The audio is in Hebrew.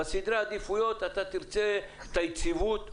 בסדרי העדיפויות תרצה את היציבות,